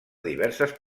diverses